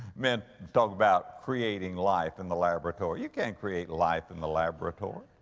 men talk about creating life in the laboratory. you can't create life in the laboratory.